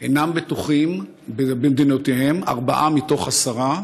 אינם בטוחים במדינותיהם, ארבעה מתוך עשרה,